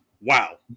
Wow